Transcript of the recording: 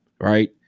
right